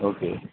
okay